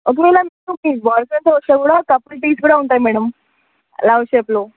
ఒకవేళ మీకు మీ బాయ్ ఫ్రెండ్తో వస్తే కూడా కపుల్ టీస్ కూడా ఉంటాయి మ్యాడమ్ లవ్ షేప్లో